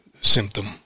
symptom